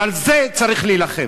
ועל זה צריך להילחם.